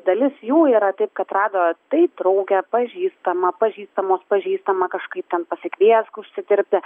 dalis jų yra taip kad rado tai draugę pažįstamą pažįstamos pažįstamą kažkaip ten pasikviesk užsidirbti